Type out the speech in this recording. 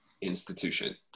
institution